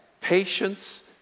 patience